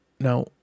Now